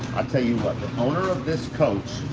i'll tell you what? the owner of this coach,